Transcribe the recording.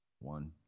One